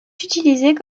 utilisé